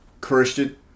Christian